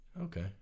Okay